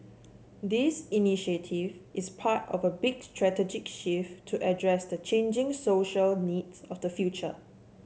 this initiative is part of a big strategic shift to address the changing social needs of the future